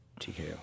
TKO